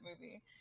movie